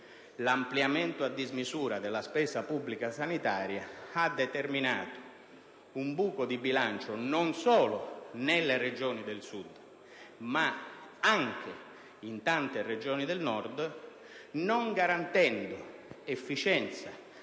l'ampliamento a dismisura della spesa pubblica sanitaria ha determinato un buco di bilancio non solo nelle Regioni del Sud ma anche in tante Regioni del Nord, non garantendo efficienza